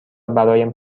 برایم